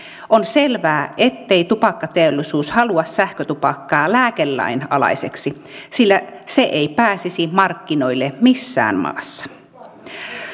on selvää ettei tupakkateollisuus halua sähkötupakkaa lääkelain alaiseksi sillä se ei pääsisi markkinoille missään maassa